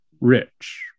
Rich